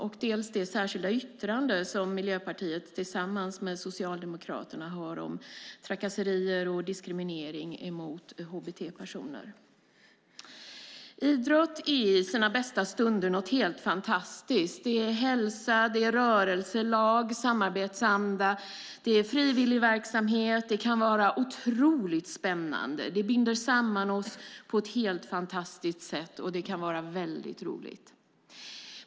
Jag ska också fokusera på det särskilda yttrande som Miljöpartiet har tillsammans med Socialdemokraterna om trakasserier och diskriminering av hbt-personer. Idrott är i sina bästa stunder något helt fantastiskt. Det är hälsa, rörelse, lag, samarbetsanda och frivilligverksamhet. Det kan vara otroligt spännande. Det binder samman oss på ett helt fantastiskt sätt, och det kan vara väldigt roligt.